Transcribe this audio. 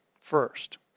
first